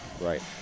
Right